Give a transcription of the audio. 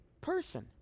person